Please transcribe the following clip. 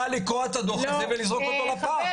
לקרוע את הדו"ח הזה ולזרוק אותו לפח.